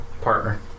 partner